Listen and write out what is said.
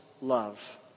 love